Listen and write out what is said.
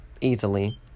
Easily